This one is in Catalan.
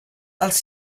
els